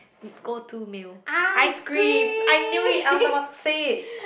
go to meal ice cream I knew it I was about to say it